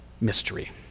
mystery